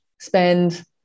spend